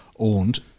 owned